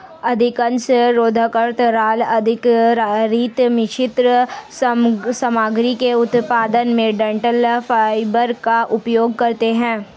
अधिकांश शोधकर्ता राल आधारित मिश्रित सामग्री के उत्पादन में डंठल फाइबर का उपयोग करते है